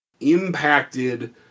impacted